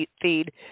feed